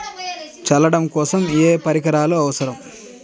చల్లడం కోసం ఏ పరికరాలు అవసరం?